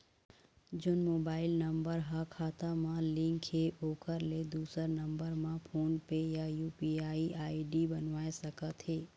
जोन mobile number हा खाता मा लिन्क हे ओकर ले दुसर नंबर मा फोन पे या यू.पी.आई आई.डी बनवाए सका थे?